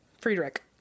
Friedrich